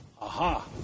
Aha